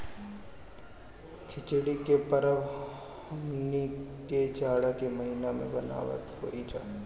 खिचड़ी के परब हमनी के जाड़ा के महिना में मनावत हई जा